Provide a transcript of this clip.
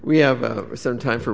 we have some time for